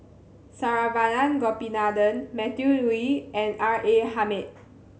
Saravanan Gopinathan Matthew Ngui and R A Hamid